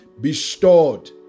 bestowed